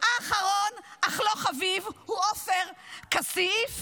// האחרון אך לא חביב הוא עופר כסיף /